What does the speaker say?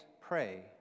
pray